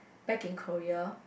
back in Korea